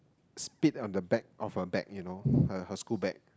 split on the back of a bag you know her her school bag